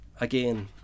again